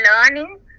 learning